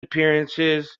appearances